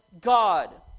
God